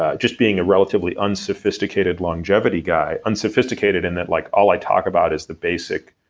ah just being a relatively unsophisticated longevity guy, unsophisticated in that like all i talk about is the basic,